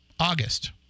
August